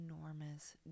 enormous